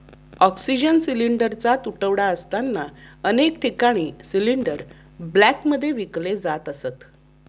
oxygen सिलिंडरचा तुटवडा असताना अनेक ठिकाणी सिलिंडर ब्लॅकमध्ये विकले जात असत